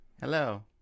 Hello